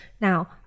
now